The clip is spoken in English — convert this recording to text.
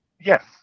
Yes